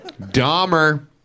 Dahmer